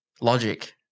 logic